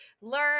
learn